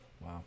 Wow